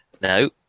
No